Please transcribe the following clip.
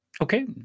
Okay